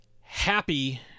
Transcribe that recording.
happy